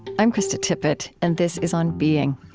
i'm krista tippett, and this is on being.